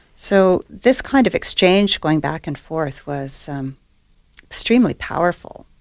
so this kind of exchange going back and forth was um extremely powerful.